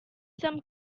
some